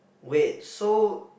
wait so